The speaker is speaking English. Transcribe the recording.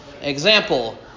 Example